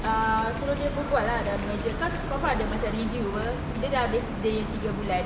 ah suruh dia berbual ah dengan manager cause confirm ada macam review apa dia dah habis dia nya tiga bulan